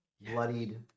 Bloodied